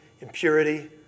impurity